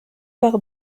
par